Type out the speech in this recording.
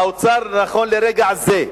האוצר, נכון לרגע זה,